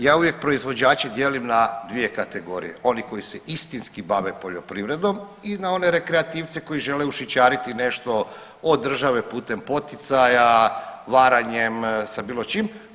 Može, ja uvijek proizvođače dijelim na dvije kategorije, oni koji se istinski bave poljoprivrednom i na one rekreativce koji žele ušićariti nešto od države putem poticaja, varanjem sa bilo čim.